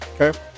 okay